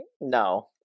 No